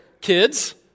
kids